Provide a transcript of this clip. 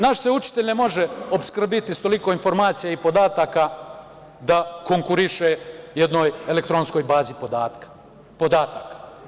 Naš se učitelj ne može opskrbiti sa toliko informacija i podataka da konkuriše jednoj elektronskoj bazi podataka.